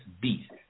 beast